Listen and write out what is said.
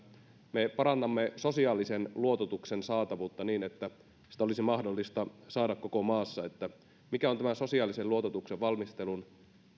me parannamme sosiaalisen luototuksen saatavuutta niin että sitä olisi mahdollista saada koko maassa mikä on tämän sosiaalisen luototuksen valmistelun